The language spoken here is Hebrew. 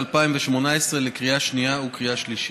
התשע"ח 2018, לקריאה שנייה וקריאה שלישית.